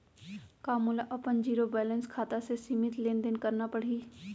का मोला अपन जीरो बैलेंस खाता से सीमित लेनदेन करना पड़हि?